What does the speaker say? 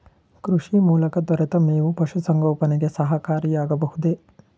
ಕೃಷಿ ಮೂಲಕ ದೊರೆತ ಮೇವು ಪಶುಸಂಗೋಪನೆಗೆ ಸಹಕಾರಿಯಾಗಬಹುದೇ?